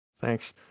Thanks